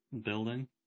building